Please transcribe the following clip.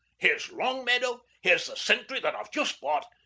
here's longmeadow, here's the centry that i've just bought,